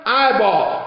eyeball